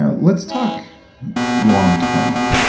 ah let's talk long term.